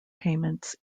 payments